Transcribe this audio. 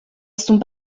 sont